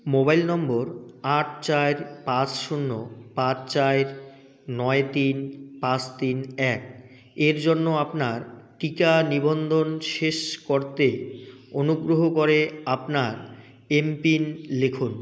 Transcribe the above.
mobile নম্বর আট চায়ের পাঁশ শূন্য পাঁচ চায়ের নয় তিন পাঁশ তিন এক এর জন্য আপনার টিকা নিবন্ধন শেষ করতে অনুগ্রহ করে আপনার এম পিন লিখুন